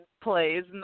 plays